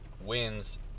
wins